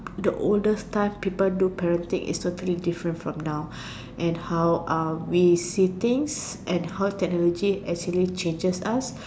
the oldest time people do parenting is totally different from now and how are we seating and how technology actually changes us